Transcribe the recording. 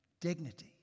dignity